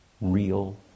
real